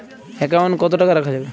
Account কত টাকা রাখা যাবে?